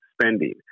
spending